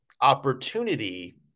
opportunity